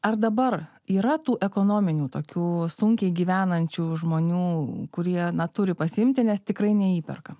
ar dabar yra tų ekonominių tokių sunkiai gyvenančių žmonių kurie na turi pasiimti nes tikrai neįperka